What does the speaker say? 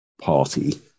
party